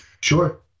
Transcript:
Sure